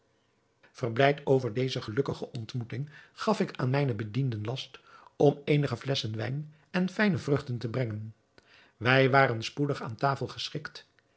verblijd over deze gelukkige ontmoeting gaf ik aan mijne bedienden last om eenige flesschen wijn en fijne vruchten te brengen wij waren spoedig aan tafel geschikt